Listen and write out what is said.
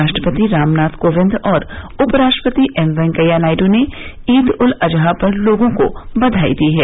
राष्ट्रपति रामनाथ कोविंद और उपराष्ट्रपति एम वेंकैया नायडू ने ईद उल अजहा पर लोगों को बघाई दी है